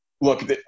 Look